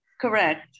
Correct